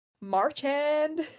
Marchand